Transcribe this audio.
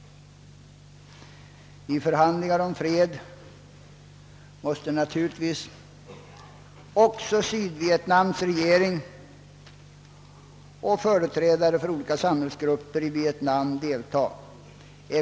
I förhandlingar om fred måste naturligtvis också Sydvietnams regering och företrädare för olika samhällsgrupper delta.